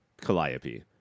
calliope